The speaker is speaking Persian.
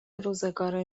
روزگار